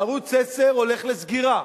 ערוץ-10 הולך לסגירה,